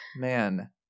man